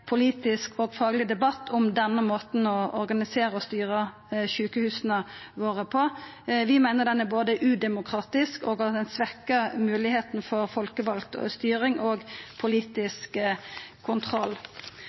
politisk og fagleg debatt om denne måten å organisera og styra sjukehusa våre på. Vi meiner modellen er udemokratisk, og at han svekkjer moglegheita for folkevald styring og politisk kontroll.